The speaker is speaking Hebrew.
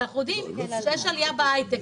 כי אנחנו יודעים שיש עלייה בהייטק,